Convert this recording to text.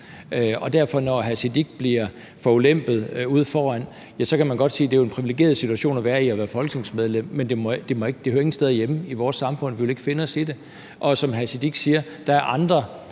Sikandar Siddique bliver forulempet ude foran, sige, at det er en privilegeret situation at være i at være folketingsmedlem, men det hører ingen steder hjemme i vores samfund, og vi vil ikke finde os i det. Og som hr. Sikandar Siddique siger, er der andre